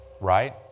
right